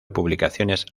publicaciones